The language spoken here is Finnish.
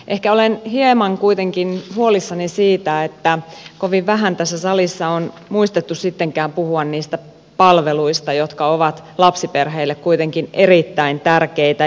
ehkä olen kuitenkin hieman huolissani siitä että kovin vähän tässä salissa on muistettu sittenkään puhua niistä palveluista jotka ovat lapsiperheille kuitenkin erittäin tärkeitä